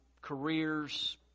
careers